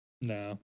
no